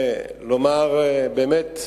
ולומר באמת,